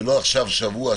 ולא עכשיו שבוע,